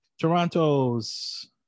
Toronto's